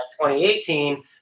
2018